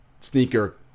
sneaker